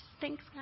Thanks